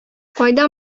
кайда